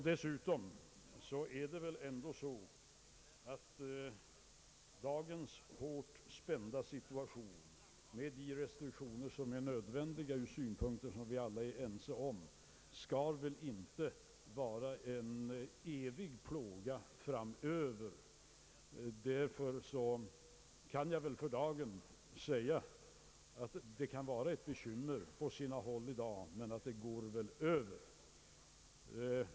Dessutom skall väl inte dagens hårt spända situation, med de restriktioner som är nödvändiga av skäl som vi alla är ense om, vara en evig plåga framöver. Det kan alltså vara ett bekymmer på sina håll i dag, men det går över.